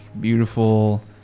beautiful